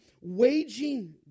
waging